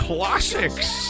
Classics